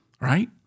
Right